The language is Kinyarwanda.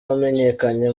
wamenyekanye